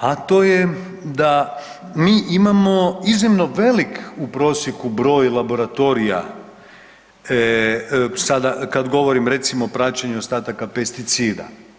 a to je da mi imamo iznimno velik u prosjeku broj laboratorija sada kada govorim recimo praćenje ostataka pesticida.